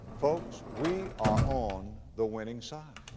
folks, we are on the winning side.